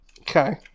Okay